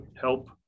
help